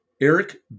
Eric